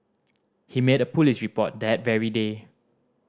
he made a police report that very day